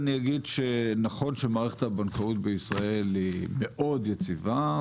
אני אגיד שנכון שמערכת הבנקאות בישראל היא מאוד יציבה,